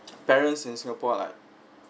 parents in singapore like